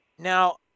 Now